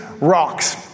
rocks